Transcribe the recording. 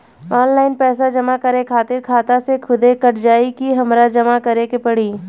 Online पैसा जमा करे खातिर खाता से खुदे कट जाई कि हमरा जमा करें के पड़ी?